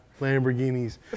Lamborghinis